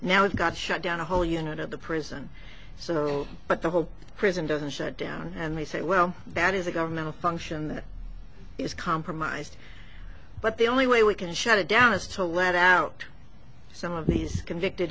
now it's got shut down a whole unit of the prison so but the whole prison doesn't shut down and they say well that is a governmental function that is compromised but the only way we can shut it down is to let out some of these convicted